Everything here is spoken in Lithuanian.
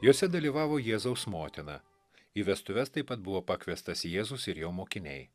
jose dalyvavo jėzaus motina į vestuves taip pat buvo pakviestas jėzus ir jo mokiniai